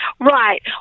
Right